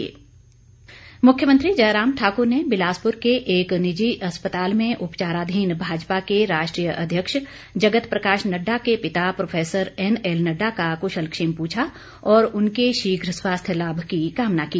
कुशलक्षेम मुख्यमंत्री जयराम ठाक्र ने बिलासप्र के एक निजी अस्पताल में उपचाराधीन भाजपा के राष्ट्रीय अध्यक्ष जगत प्रकाश नड्डा के पिता प्रोफेसर एनएल नड्डा का कुशलक्षेम प्रछा और उनके शीघ्र स्वास्थ्य लाभ की कामना की